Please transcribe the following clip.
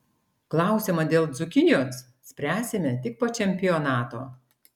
klausimą dėl dzūkijos spręsime tik po čempionato